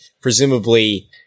presumably